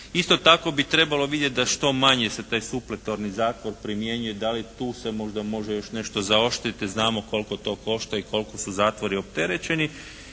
Isto tako bi trebalo vidjet da što manje se taj supletorni zakon primjenjuje. Da li tu se možda može još nešto zaoštriti? Znamo koliko to košta i koliko su zatvori opterećeni.